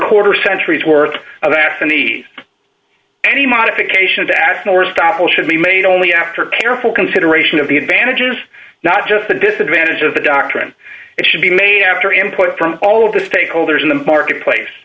quarter centuries worth of ads in the any modification to ask more stoppel should be made only after careful consideration of the advantages not just the disadvantage of the doctrine it should be made after input from all of the stakeholders in the marketplace